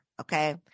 Okay